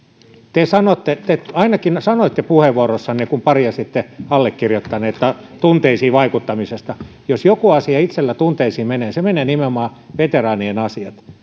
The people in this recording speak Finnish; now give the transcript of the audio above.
te ainakin sanoitte puheenvuorossanne kun parjasitte allekirjoittanutta tunteisiin vaikuttamisesta jos jokin asia itselläni tunteisiin menee sinne menee nimenomaan veteraanien asiat